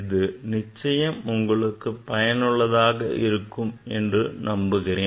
இது நிச்சயம் உங்களுக்கு பயனுள்ளதாக இருக்கும் என்று நம்புகிறேன்